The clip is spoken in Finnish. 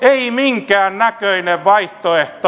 ei minkäännäköinen vaihtoehto